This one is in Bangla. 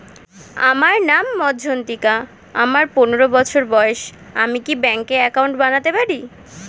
আমার নাম মজ্ঝন্তিকা, আমার পনেরো বছর বয়স, আমি কি ব্যঙ্কে একাউন্ট বানাতে পারি?